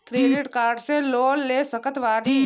Credit card से loan ले सकत बानी?